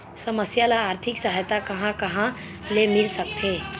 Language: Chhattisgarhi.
समस्या ल आर्थिक सहायता कहां कहा ले मिल सकथे?